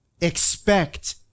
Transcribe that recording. Expect